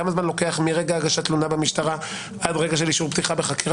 כמה זמן לוקח מרגע הגשת תלונה במשטרה עד רגע של אישור פתיחה בחקירה